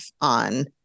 on